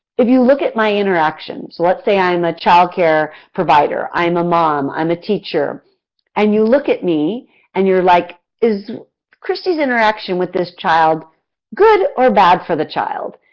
if you look at my interactions let's say i'm a childcare provider, i'm a mom, i'm a teacher and you look at me and you're like, is kristie's interaction with this child good or bad for the child?